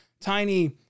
Tiny